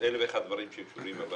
אלף ואחד דברים קשורים.